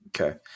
Okay